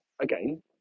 again